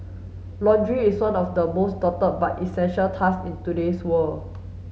laundry is one of the most daunted but essential task in today's world